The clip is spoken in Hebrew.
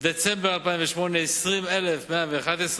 בדצמבר 2008, 20,111,